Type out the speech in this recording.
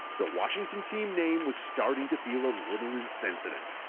the washington team name was starting to feel a little insensitive.